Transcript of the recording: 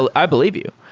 ah i believe you.